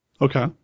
Okay